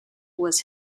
was